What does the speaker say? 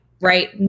right